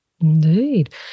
Indeed